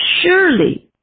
surely